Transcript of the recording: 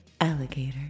Alligator